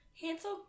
Hansel